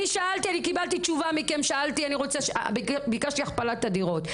ביקשתי את הכפלת הדירות,